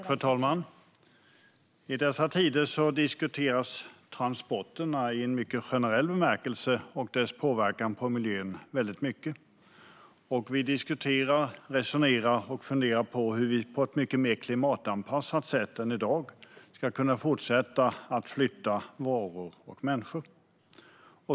Fru talman! I dessa tider diskuteras transporterna i en mycket generell bemärkelse och deras påverkan på miljön väldigt mycket. Vi diskuterar, resonerar och funderar på hur vi på ett mycket mer klimatanpassat sätt än i dag ska kunna fortsätta att flytta varor och människor.